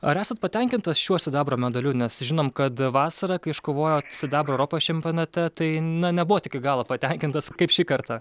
ar esat patenkintas šiuo sidabro medaliu nes žinom kad vasarą kai iškovojot sidabro europos čempionate tai na nebuvot iki galo patenkintas kaip šį kartą